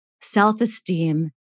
self-esteem